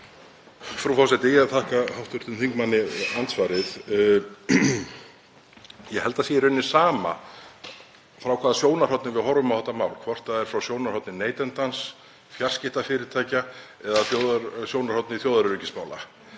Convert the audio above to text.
Frú forseti. Ég þakka hv. þingmanni andsvarið. Ég held að það sé í rauninni sama frá hvaða sjónarhorni við horfum á þetta mál, hvort það er frá sjónarhorni neytandans, fjarskiptafyrirtækja eða sjónarhorni þjóðaröryggismála,